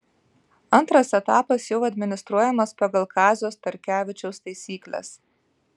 antras etapas jau administruojamas pagal kazio starkevičiaus taisykles